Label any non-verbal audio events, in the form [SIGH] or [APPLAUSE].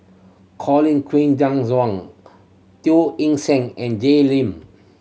Colin Queen Zhe [UNINTELLIGIBLE] Teo Eng Seng and Jay Lim